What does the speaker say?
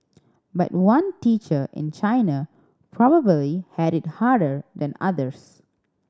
but one teacher in China probably had it harder than others